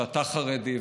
שאתה חרדי,